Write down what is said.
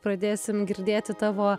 pradėsim girdėti tavo